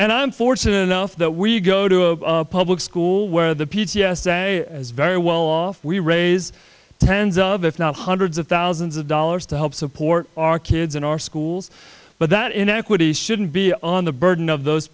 and i'm fortunate enough that we go to a public school where the p t s a very well off we raise tens of if not hundreds of thousands of dollars to help support our kids in our schools but that inequity shouldn't be on the burden of those